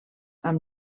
amb